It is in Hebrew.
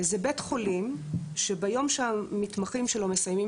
זה כמו בית חולים שביום שהמתמחים שלו מסיימים